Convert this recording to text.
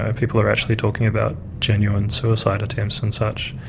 ah people are actually talking about genuine suicide attempts and such.